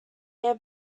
their